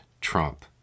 Trump